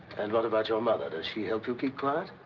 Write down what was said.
and what about your mother? does she help you keep quiet?